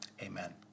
amen